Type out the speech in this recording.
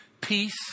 peace